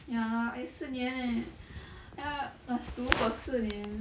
ya lah eh 四年 eh !aiya! must 读 for 四年